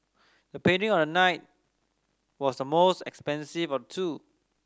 the painting on the night was the most expensive of two